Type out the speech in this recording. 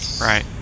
Right